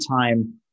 time